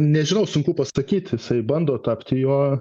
nežinau sunku pasakyt jisai bando tapti juo